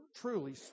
truly